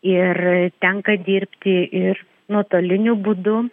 ir tenka dirbti ir nuotoliniu būdu